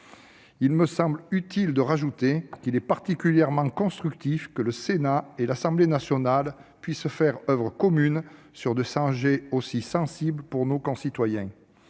Il me semble utile d'ajouter qu'il est particulièrement constructif que le Sénat et l'Assemblée nationale puissent faire oeuvre commune sur des sujets aussi sensibles pour nos concitoyens,